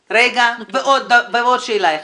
רגע, עוד שאלה אחת.